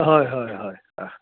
হয় হয় হয়